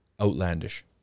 outlandish